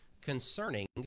concerning